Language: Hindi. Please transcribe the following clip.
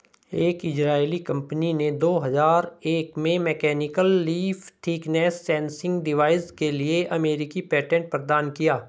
एक इजरायली कंपनी ने दो हजार एक में mechanical leaf thickness sensing device के लिए अमेरिकी पेटेंट प्रदान किया